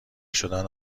شدن